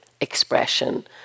expression